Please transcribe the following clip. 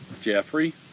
Jeffrey